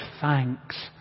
thanks